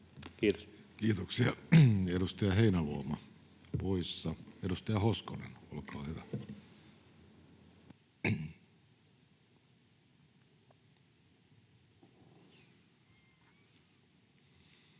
Kiitoksia. — Edustaja Heinäluoma, poissa. — Edustaja Hoskonen, olkaa hyvä.